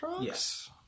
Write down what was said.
Yes